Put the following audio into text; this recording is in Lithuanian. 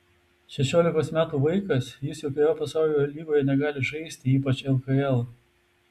šešiolikos metų vaikas jis jokioje pasaulio lygoje negali žaisti ypač lkl